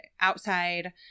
outside